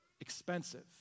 expensive